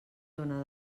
dóna